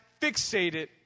fixated